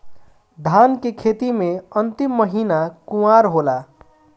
धान के खेती मे अन्तिम महीना कुवार होला?